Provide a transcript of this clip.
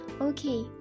Okay